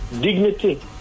dignity